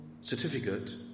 certificate